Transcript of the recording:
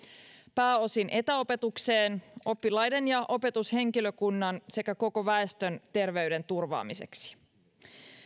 pääosin etäopetukseen oppilaiden ja opetushenkilökunnan sekä koko väestön terveyden turvaamiseksi